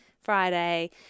friday